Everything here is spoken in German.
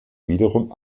wiederum